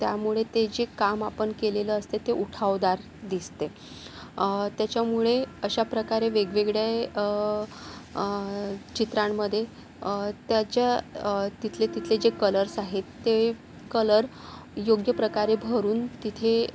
त्यामुळे ते जे काम आपण केलेलं असते ते उठावदार दिसते त्याच्यामुळे अशा प्रकारे वेगवेगळे चित्रांमध्ये त्याच्या तिथले तिथले जे कलर्स आहेत ते कलर योग्य प्रकारे भरून तिथे